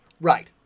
Right